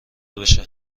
بشه